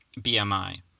BMI